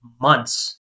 months